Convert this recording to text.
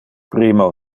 primo